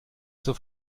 zur